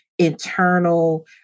internal